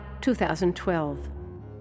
2012